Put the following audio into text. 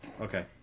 Okay